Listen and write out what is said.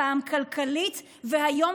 פעם כלכלית והיום,